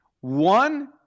one